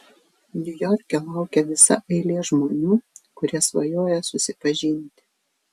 niujorke laukia visa eilė žmonių kurie svajoja susipažinti